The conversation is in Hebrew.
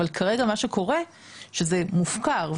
כרגע מה שקורה זה שזה מופקר,